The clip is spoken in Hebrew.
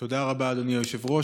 תודה רבה, אדוני היושב-ראש.